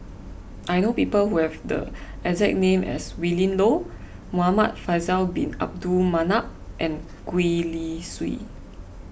I know people who have the exact name as Willin Low Muhamad Faisal Bin Abdul Manap and Gwee Li Sui